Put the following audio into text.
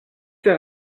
ces